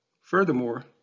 Furthermore